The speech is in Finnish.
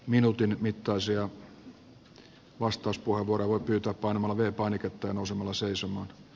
minuutin mittaisia vastauspuheenvuoroja voi pyytää painamalla v painiketta ja nousemalla seisomaan